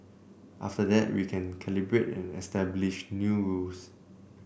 after that we can calibrate and establish new rules